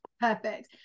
Perfect